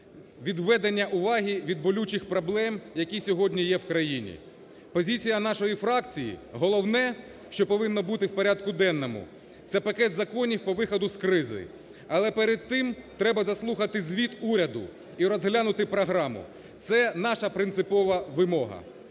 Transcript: відведення уваги від болючих проблем, які сьогодні є в країні. Позиція нашої фракції, головне, що повинно бути в порядку денному, це пакет законів по виходу з кризи. Але перед тим треба заслухати звіт уряду і розглянути програму. Це наша принципова вимога.